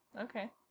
Okay